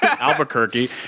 albuquerque